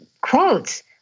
quotes